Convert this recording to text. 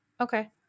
okay